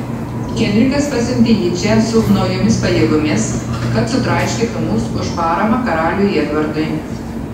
henrikas pasiuntė jį čia su naujomis pajėgomis kad sutraiškytų mus už paramą karaliui edvardui